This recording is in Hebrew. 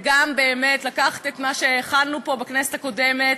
וגם באמת לקחת את מה שהכנו פה בכנסת הקודמת,